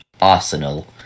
arsenal